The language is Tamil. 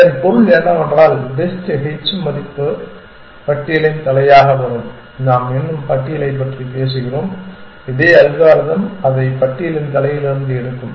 இதன் பொருள் என்னவென்றால் பெஸ்ட் h மதிப்பு பட்டியலின் தலையாக வரும் நாம் இன்னும் பட்டியலைப் பற்றி பேசுகிறோம் இதே அல்காரிதம் அதை பட்டியலின் தலையிலிருந்து எடுக்கும்